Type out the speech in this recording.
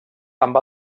amb